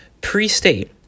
Pre-state